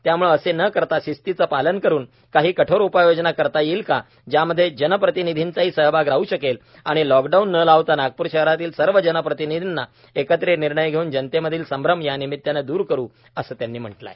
त्यामुळे असे न करता शिस्तीचे पालन करून काही कठोर उपाययोजना करता येईल का ज्यामध्ये जनप्रतिनिधींचाही सहभाग राह शकेल आणि लॉकडाऊन न लावता नागपूर शहरातील सर्व जनप्रतिनिधींना एकत्रित निर्णय घेऊन जनतेमधील संभ्रम यानिमित्ताने दूर करू असे त्यांनी म्हटले आहे